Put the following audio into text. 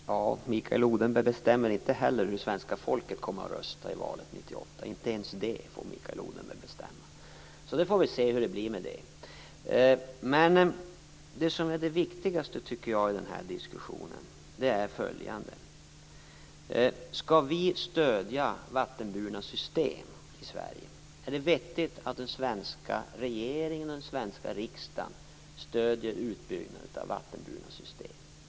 Herr talman! Mikael Odenberg bestämmer inte heller hur svenska folket skall rösta i valet 1998 - inte ens det får han bestämma. Vi får se hur det blir med det. Det som är det viktigaste i den här diskussionen är följande: Skall vi stödja vattenburna system i Sverige? Är det vettigt att den svenska regeringen och den svenska riksdagen stöder utbyggnad av vattenburna system?